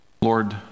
Lord